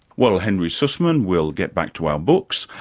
well henry sussman we'll get back to our books.